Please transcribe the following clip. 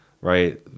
right